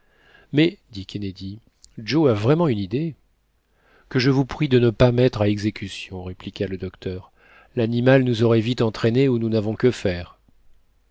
dit kennedy joe a vraiment une idée que je vous prie de ne pas mettre à exécution répliqua le docteur l'animal nous aurait vite entraînés où nous n'avons que faire